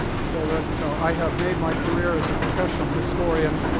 so that i have made my career as professional historian